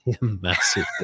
massive